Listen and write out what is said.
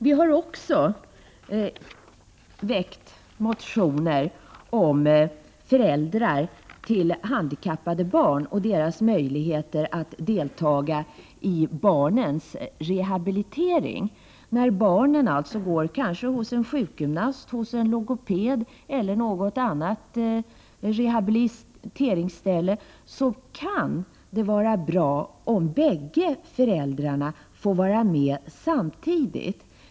Vi har även väckt motioner om föräldrar till handikappade barn och deras möjlighet att deltaga i barnens rehabilitering. När barnen går hos sjukgymnast, logoped eller på något annat rehabiliteringsställe kan det vara bra om båda föräldrarna får vara med samtidigt.